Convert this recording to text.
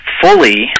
fully